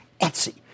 Etsy